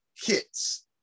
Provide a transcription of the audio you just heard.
kits